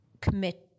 commit